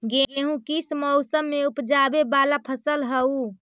गेहूं किस मौसम में ऊपजावे वाला फसल हउ?